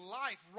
life